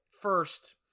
first